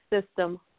system